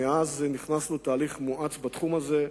מאז נכנסנו לתהליך מואץ בתחום הזה,